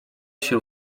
się